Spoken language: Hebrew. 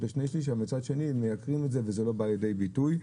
לשני שליש אבל מצד שני מייקרים את זה וזה לא בא לידי ביטוי.